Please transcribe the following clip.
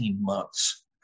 months